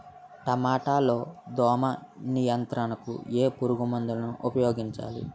టమాటా లో దోమ నియంత్రణకు ఏ పురుగుమందును ఉపయోగించాలి?